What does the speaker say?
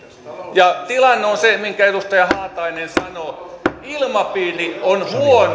ja tilanne on se minkä edustaja haatainen sanoi ilmapiiri on